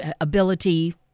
ability